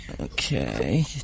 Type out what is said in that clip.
Okay